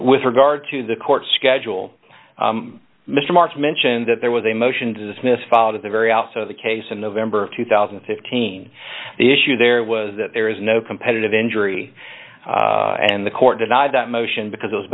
with regard to the court schedule mr march mentioned that there was a motion to dismiss followed at the very outset of the case in november of two thousand and fifteen the issue there was that there is no competitive injury and the court denied that motion because